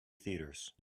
theatres